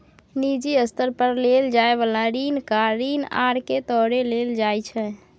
निजी स्तर पर लेल जाइ बला ऋण कार ऋण आर के तौरे लेल जाइ छै